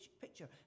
picture